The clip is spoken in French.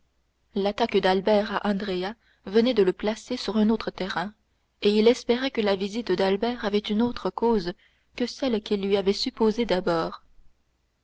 l'attaque d'albert à andrea venait de le placer sur un autre terrain et il espérait que la visite d'albert avait une autre cause que celle qu'il lui avait supposée d'abord